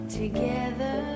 together